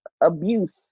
abuse